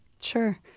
Sure